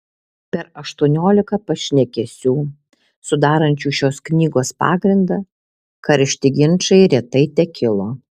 per aštuoniolika pašnekesių sudarančių šios knygos pagrindą karšti ginčai retai tekilo